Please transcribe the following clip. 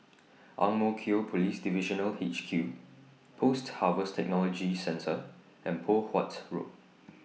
Ang Mo Kio Police Divisional H Q Post Harvest Technology Centre and Poh Huat Road